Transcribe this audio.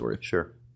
sure